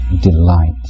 delight